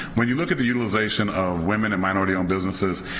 when you look at the utilization of women and minority owned businesses,